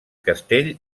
castell